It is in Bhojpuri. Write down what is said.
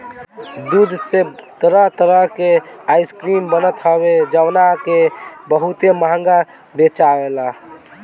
दूध से तरह तरह के आइसक्रीम बनत हवे जवना के बहुते महंग बेचाला